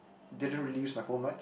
didn't really use my phone much